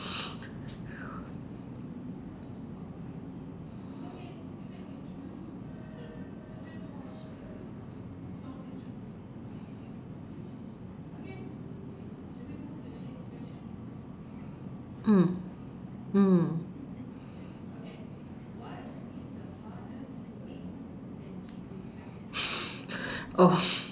mm mm